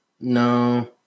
No